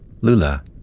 Lula